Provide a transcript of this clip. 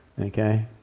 Okay